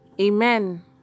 amen